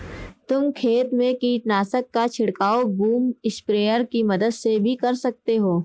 तुम खेत में कीटनाशक का छिड़काव बूम स्प्रेयर की मदद से भी कर सकते हो